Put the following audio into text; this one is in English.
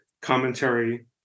commentary